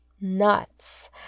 nuts